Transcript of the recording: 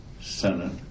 Senate